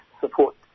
support